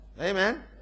Amen